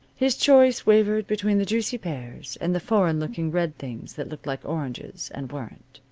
his choice wavered between the juicy pears, and the foreign-looking red things that looked like oranges, and weren't.